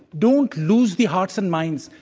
don't lose the hearts and minds.